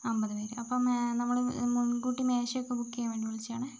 അമ്പത് പേര് അപ്പം നമ്മൾ മുൻകൂട്ടി മേശയൊക്കേ ബുക്ക് ചെയ്യാൻ വേണ്ടി വിളിച്ചതാണേ